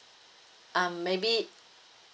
um maybe